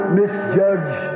misjudge